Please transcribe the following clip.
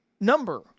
number